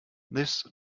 this